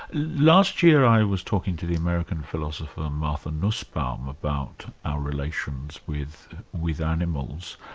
last year i was talking to the american philosopher, martha nussbaum about our relations with with animals,